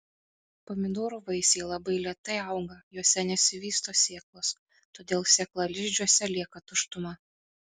pomidorų vaisiai labai lėtai auga juose nesivysto sėklos todėl sėklalizdžiuose lieka tuštuma